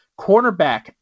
cornerback